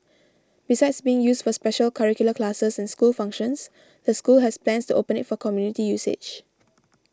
besides being used for special curricular classes and school functions the school has plans to open it for community usage